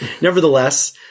Nevertheless